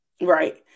Right